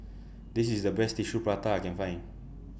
This IS The Best Tissue Prata that I Can Find